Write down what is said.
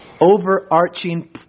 overarching